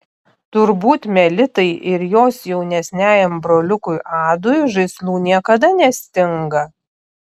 turbūt melitai ir jos jaunesniajam broliukui adui žaislų niekada nestinga